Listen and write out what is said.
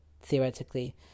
theoretically